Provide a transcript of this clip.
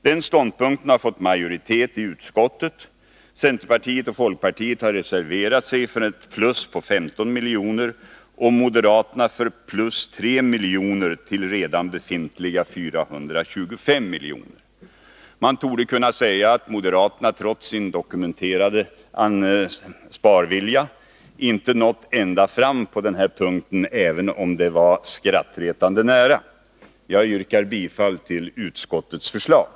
Den ståndpunkten har Nr 107 fått majoritet i utskottet. Centerpartiet och folkpartiet har reserverat sig för Torsdagen den ett plus på 15 miljoner och moderaterna för plus 3 miljoner till redan 25 mars 1982 befintliga 425 miljoner. Man torde kunna säga att moderaterna, trots sin dokumenterade sparvilja, inte nått ända fram på den här punkten, även om Anslag inom jorddet var skrattretande nära. Jag yrkar bifall till utskottets förslag.